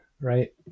right